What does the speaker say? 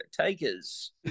takers